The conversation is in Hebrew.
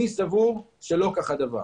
אני סבור שלא כך הדבר.